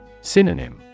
Synonym